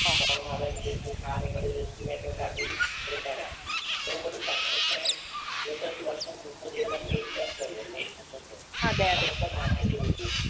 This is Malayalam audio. ഓ അതെ അതെ